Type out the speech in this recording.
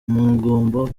mugomba